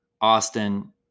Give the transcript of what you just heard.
Austin